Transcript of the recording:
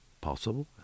Possible